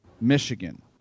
Michigan